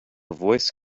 voice